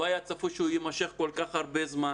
לא היה צפוי שהוא יימשך כל כך הרבה זמן.